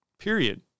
period